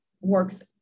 Works